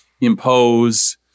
impose